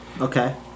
Okay